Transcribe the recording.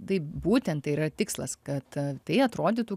taip būtent tai yra tikslas kad a tai atrodytų